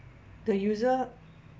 the user